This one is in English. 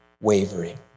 wavering